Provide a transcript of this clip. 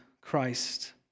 Christ